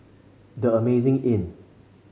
The Amazing Inn